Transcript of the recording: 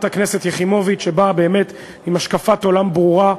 הכנסת יחימוביץ שבאה באמת עם השקפת עולם ברורה,